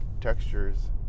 textures